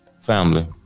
Family